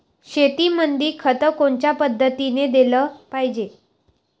शेतीमंदी खत कोनच्या पद्धतीने देलं पाहिजे?